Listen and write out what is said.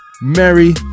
Merry